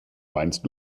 weinst